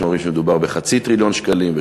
יש כאלה שאומרים שמדובר בחצי טריליון שקלים,